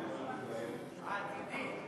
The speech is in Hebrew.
העתידי.